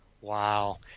Wow